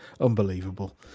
Unbelievable